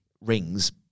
rings